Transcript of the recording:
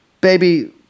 baby